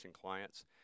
clients